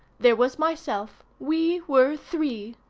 there was myself. we were three.